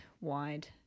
wide